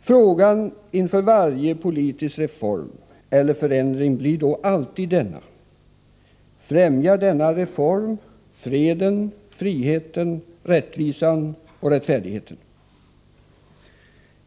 Frågan inför varje politisk reform eller förändring blir då alltid denna: Främjar denna reform freden, friheten, rättvisan och rättfärdigheten?